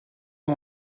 ont